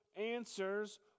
answers